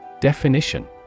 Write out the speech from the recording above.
Definition